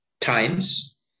times